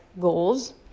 goals